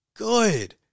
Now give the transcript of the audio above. Good